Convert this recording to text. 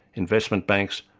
investment banks,